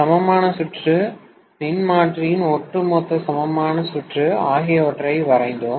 சமமான சுற்று மின்மாற்றியின் ஒட்டுமொத்த சமமான சுற்று ஆகியவற்றை வரைந்தோம்